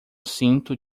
cinto